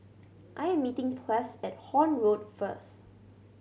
I'm meeting Ples at Horne Road first